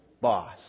boss